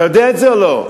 אתה יודע את זה או לא?